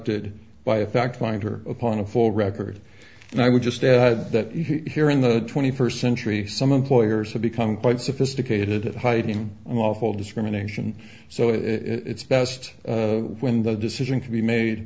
conducted by a fact finder upon a full record and i would just add that he here in the twenty first century some employers have become quite sophisticated at hiding lawful discrimination so it's best when the decision can be made